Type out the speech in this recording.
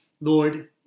Lord